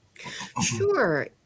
Sure